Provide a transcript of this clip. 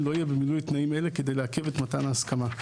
לא יהיה במילוי תנאים אלה כדי לעכב את מתן ההסכמה.